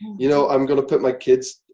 you know i'm gonna put my kids,